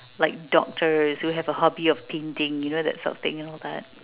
like doctors who have a hobby of painting you know that sort of thing and all that